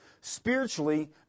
Spiritually